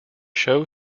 show